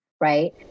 right